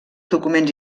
documents